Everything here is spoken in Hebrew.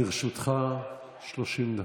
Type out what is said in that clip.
לרשותך 30 דקות,